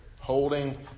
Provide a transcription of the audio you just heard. holding